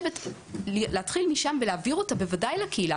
להתחיל משם ואז בוודאי לעבור לקהילה.